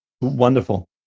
Wonderful